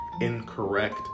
incorrect